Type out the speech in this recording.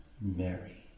Mary